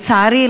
לצערי,